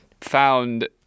found